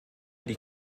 die